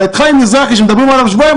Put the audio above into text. אבל את חיים מזרחי שמדברים עליו שבועיים,